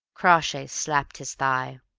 crawshay slapped his thigh.